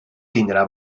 tindrà